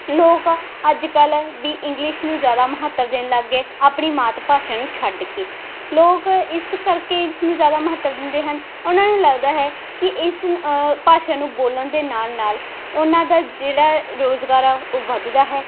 ਲੋਕ ਅੱਜ ਕੱਲ੍ਹ ਵੀ ਇੰਗਲਿਸ਼ ਨੂੰ ਜ਼ਿਆਦਾ ਮਹੱਤਵ ਦੇਣ ਲੱਗ ਗਏ ਆਪਣੀ ਮਾਤ ਭਾਸ਼ਾ ਨੂੰ ਛੱਡ ਕੇ ਲੋਕ ਇਸ ਕਰਕੇ ਇਸ ਨੂੰ ਜ਼ਿਆਦਾ ਮਹੱਤਵ ਦਿੰਦੇ ਹਨ ਉਹਨਾਂ ਨੂੰ ਲੱਗਦਾ ਹੈ ਕਿ ਇਸ ਭਾਸ਼ਾ ਨੂੰ ਬੋਲਣ ਦੇ ਨਾਲ ਨਾਲ ਉਹਨਾਂ ਦਾ ਜਿਹੜਾ ਰੁਜ਼ਗਾਰ ਆ ਉਹ ਵੱਧਦਾ ਹੈ